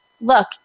look